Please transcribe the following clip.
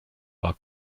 war